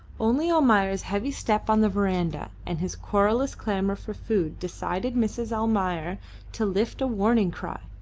only almayer's heavy step on the verandah and his querulous clamour for food decided mrs. almayer to lift a warning cry.